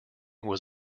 was